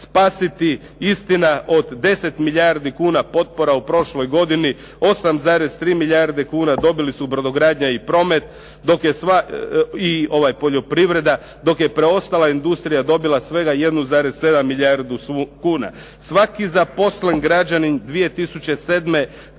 spasiti. Istina od 10 milijardi kuna potpora u prošloj godini 8,3 milijarde kuna dobili su brodogradnja i promet i poljoprivreda dok je preostala industrija dobila svega 1,7 milijardu kuna. Svaki zaposleni građanin 2007. kroz